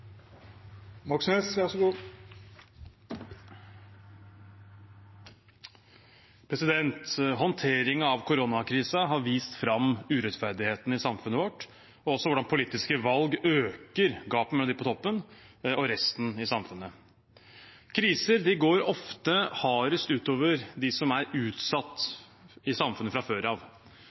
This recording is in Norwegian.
av koronakrisen har vist fram urettferdighetene i samfunnet vårt og også hvordan politiske valg øker gapet mellom dem på toppen og resten i samfunnet. Kriser går ofte hardest ut over dem som er utsatt i samfunnet fra før av: